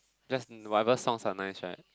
just whatever songs are nice right